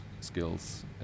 skills